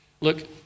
look